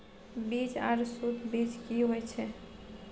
बीज आर सुध बीज की होय छै?